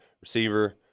receiver